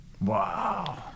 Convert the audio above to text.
Wow